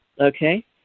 okay